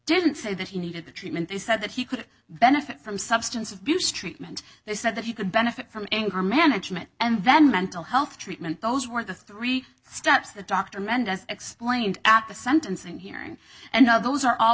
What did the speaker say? didn't say that he needed the treatment they said that he could benefit from substance abuse treatment they said that he could benefit from anger management and then mental health treatment those were the three steps that dr mendez explained at the sentencing hearing and no those are all